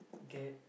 get